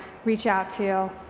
reach out to,